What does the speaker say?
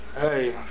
Hey